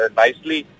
nicely